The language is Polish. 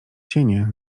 cienie